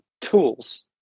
tools